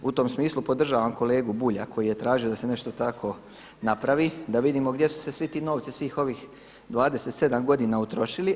U tom smislu podržavam kolegu Bulja koji je tražio da se nešto tako napravi da vidimo gdje su se svi ti novci, svih ovih 27 godina utrošili.